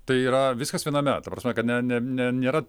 tai yra viskas viename ta prasme kad ne ne ne nėra